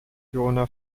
fiona